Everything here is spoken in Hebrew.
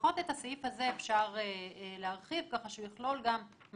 לפחות את הסעיף הזה אפשר להרחיב כך שהוא יכלול גם מצבים